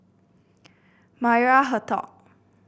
Maria Hertogh